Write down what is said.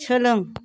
सोलों